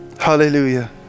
Hallelujah